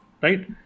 Right